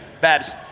Babs